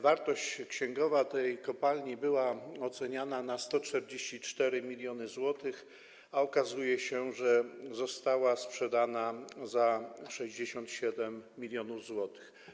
Wartość księgowa tej kopalni była oceniana na 144 mln zł, a okazuje się, że została ona sprzedana za 67 mln zł.